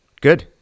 Good